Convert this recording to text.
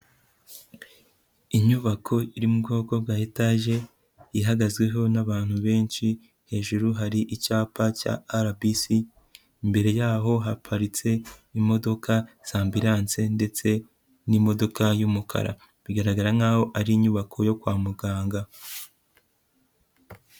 Inyubako iri mu bwoko bwa etage, ihagazweho n'abantu benshi, hejuru hari icyapa cya RBC, imbere yaho haparitse imodoka z'ambulance ndetse n'imodoka y'umukara, bigaragara nkaho ari inyubako yo kwa muganga.